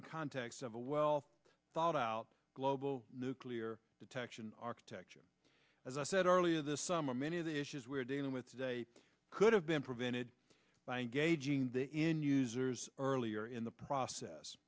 in context of a well thought out global nuclear detection architecture as i said earlier this summer many of the issues we're dealing with today could have been prevented by engaging in users earlier in the process